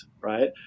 right